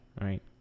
right